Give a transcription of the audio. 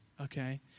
okay